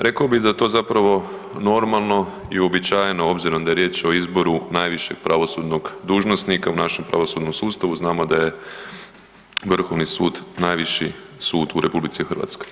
Rekao bi da je to zapravo normalno i uobičajeno obzirom da je riječ o izboru najvišeg pravosudnog dužnosnika u našem pravosudnom sustavu, znamo da je Vrhovni sud najviši sud u RH.